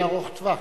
חוזה ארוך טווח.